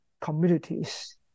communities